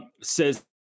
says